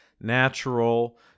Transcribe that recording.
natural